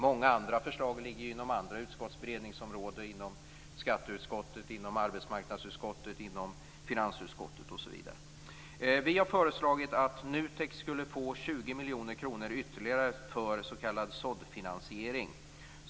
Många andra förslag ligger inom andra utskotts beredningsområden: inom skatteutskottets, inom arbetsmarknadsutskottets, inom finansutskottets, osv. Vi har föreslagit att NUTEK skulle få 20 miljoner kronor ytterligare för s.k. såddfinansiering.